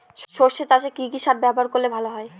সর্ষে চাসে কি কি সার ব্যবহার করলে ভালো হয়?